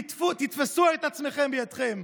תתפסו את עצמכם בידכם".